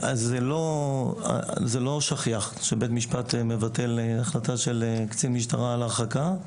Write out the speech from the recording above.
זה לא שכיח שבית משפט מבטל החלטה של קצין משטרה על הרחקה.